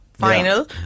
Final